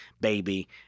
baby